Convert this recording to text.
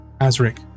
Azric